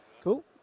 Cool